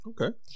Okay